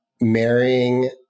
marrying